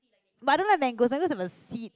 but I don't like mangoes mangoes have the seed